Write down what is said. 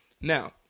Now